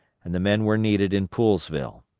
and the men were needed in poolesville.